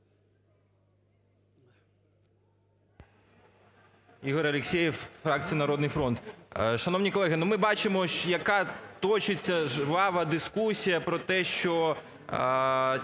Ігор Алексєєв, фракція "Народний фронт". Шановні колеги, ну ми бачимо, яка точиться жвава дискусія про те, що